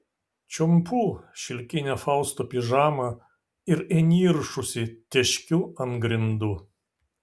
čiumpu šilkinę fausto pižamą ir įniršusi teškiu ant grindų